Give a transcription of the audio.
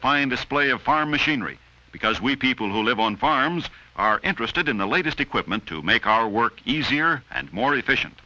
fine display of farm machinery because we people who live on farms are interested in the latest equipment to make our work easier and more efficient